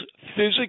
physically